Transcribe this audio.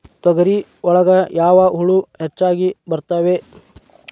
ತೊಗರಿ ಒಳಗ ಯಾವ ಹುಳ ಹೆಚ್ಚಾಗಿ ಬರ್ತವೆ?